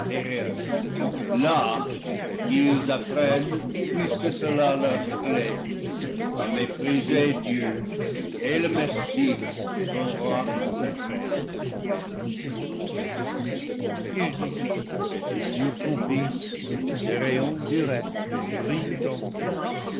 là qu'ils apprennent puisque cela leur plaît à mépriser dieu et le messie son roi consacré il dit et sur son fils ses rayons directs brillent en plein